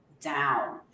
down